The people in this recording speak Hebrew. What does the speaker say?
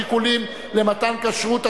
שיקולים למתן כשרות),